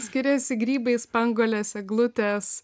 skiriasi grybai spanguolės eglutės